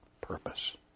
purpose